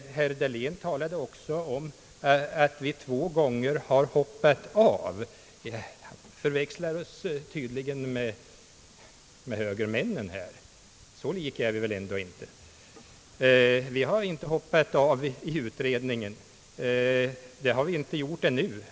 Herr Dahlén talade också om att vi två gånger har hoppat av. Han förväx lar oss tydligen med högermännen, men så lika är vi väl ändå inte. Vi har inte hoppat av från utredningen.